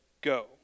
go